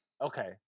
Okay